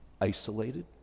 isolated